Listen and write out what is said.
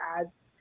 ads